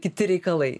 kiti reikalai